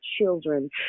children